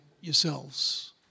yourselves